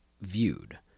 viewed